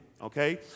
Okay